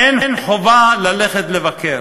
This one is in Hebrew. אין חובה ללכת לבקר,